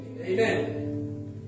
Amen